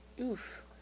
Oof